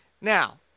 Now